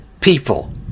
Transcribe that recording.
people